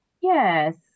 Yes